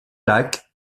lac